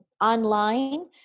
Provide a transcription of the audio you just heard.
online